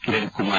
Kiran Kumar